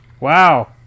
wow